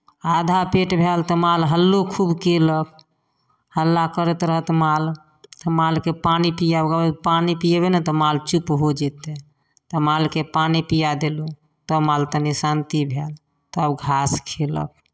आधा पेट भएल तऽ माल हल्लो खूब कयलक हल्ला करैत रहत माल मालकेँ पानि पियाबय कहबै पानि पियेबै नहि तऽ माल चुप हो जेतै तऽ मालकेँ पानि पिया देलहुँ तब माल कनि शान्ति भेल तब घास खयलक